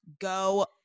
go